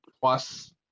plus